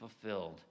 fulfilled